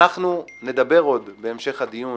אנחנו נדבר עוד בהמשך הדיון